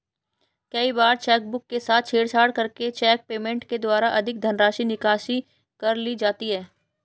कई बार चेकबुक के साथ छेड़छाड़ करके चेक पेमेंट के द्वारा अधिक धनराशि की निकासी कर ली जाती है